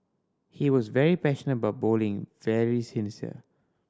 he was very passionate about bowling very sincere